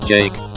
Jake